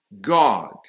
God